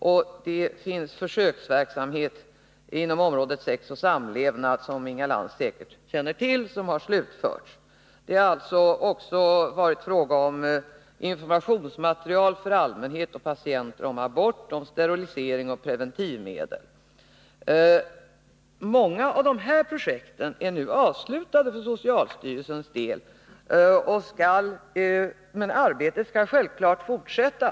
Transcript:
Och det finns, som Inga Lantz säkert känner till, försöksverksamhet inom området sex och samlevnad som har slutförts. Det har också varit fråga om informationsmaterial för allmänhet och patienter om abort, sterilisering och preventivmedel. Många av dessa projekt är nu avslutade för socialstyrelsens del, men arbetet skall självfallet fortsätta.